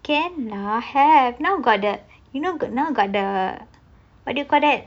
can lah have now got the you know now got the what do you call that